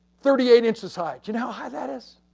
thirty eight inches high. do and how high that is?